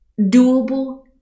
doable